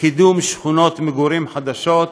קידום שכונות מגורים חדשות,